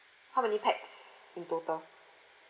how many pax in total